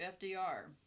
FDR